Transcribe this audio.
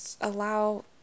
allow